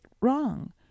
wrong